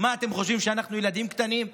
אתם חושבים שאנחנו ילדים קטנים?